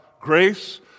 Grace